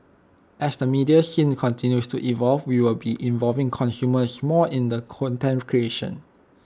as the media scene continues to evolve we will be involving consumers more in the content creation